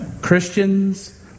Christians